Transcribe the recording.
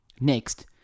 Next